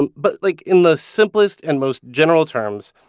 and but like in the simplest and most general terms,